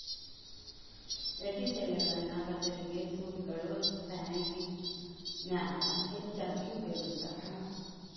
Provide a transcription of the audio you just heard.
lettuce ಎಲಿಗಳನ್ನ ಪಚಡಿಗೆ, ಸೂಪ್ಗಳು, ಸ್ಯಾಂಡ್ವಿಚ್ ನ್ಯಾಗ ಹೆಚ್ಚಾಗಿ ಉಪಯೋಗಸ್ತಾರ